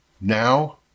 now